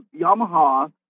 Yamaha